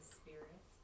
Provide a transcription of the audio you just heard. spirit